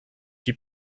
die